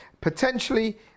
Potentially